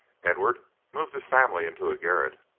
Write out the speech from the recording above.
edward moved his family into a garret,